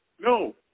No